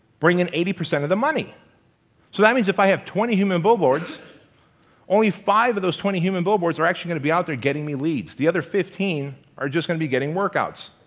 bring in eighty percent of the money. so that means if i have twenty human billboards only five if those twenty human billboards are actually going to be out there getting me leads. the other fifteen are just gonna be getting workouts.